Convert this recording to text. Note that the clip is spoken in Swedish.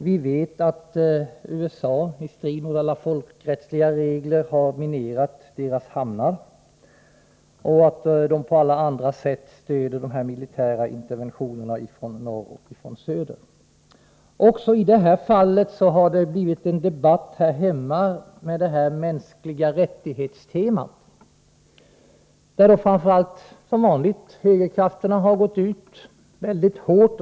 Vi vet att USA, i strid med alla folkrättsliga regler, minerat hamnarna där och att man även på alla andra sätt stöder de militära interventionerna, från norr till söder. Även i det här sammanhanget har det uppstått en debatt här hemma med temat mänskliga rättigheter. Som vanligt är det framför allt högerkrafterna som gått ut väldigt hårt.